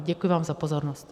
Děkuji vám za pozornost.